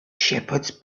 shepherds